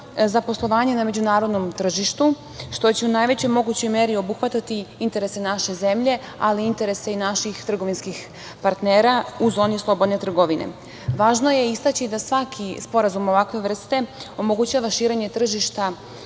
za poslovanje na međunarodnom tržištu, što će u najvećoj mogućoj meri obuhvatati interese naše zemlje, ali i interese naših trgovinskih partnera u zoni slobodne trgovine. Važno je istaći da svaki sporazum ovakve vrste omogućava širenje tržišta